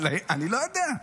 אני לא יודע.